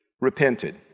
repented